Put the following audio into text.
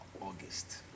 August